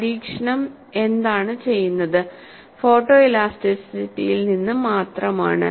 പരീക്ഷണം എന്താണ് ചെയ്യുന്നത് ഫോട്ടോഇലാസ്റ്റിറ്റിയിൽ നിന്ന് മാത്രമാണ്